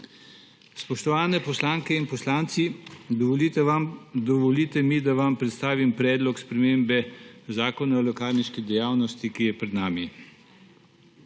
Spoštovani poslanke in poslanci, dovolite mi, da vam predstavim Predlog spremembe Zakona o lekarniški dejavnosti, ki je pred nami.